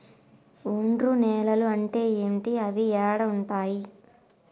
ఒండ్రు నేలలు అంటే ఏంటి? అవి ఏడ ఉంటాయి?